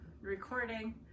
recording